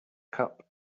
cup